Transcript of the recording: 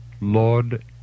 Lord